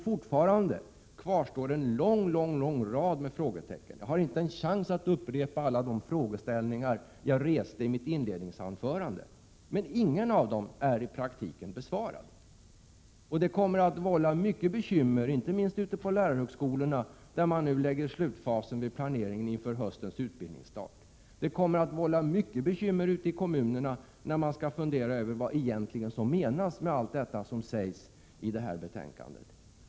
Fortfarande kvarstår en lång rad frågetecken. Jag har inte en chans att upprepa alla de frågor som jag tog upp i mitt inledningsanförande. Ingen av dem har i praktiken besvarats. Det kommer att vålla mycket bekymmer, inte minst ute på lärarhögskolorna, där man nu är inne i slutfasen av planeringen inför höstens utbildningsstart. Det kommer att vålla mycket bekymmer ute i kommunerna, när man skall fundera över vad som menas med allt som sägs i detta betänkande.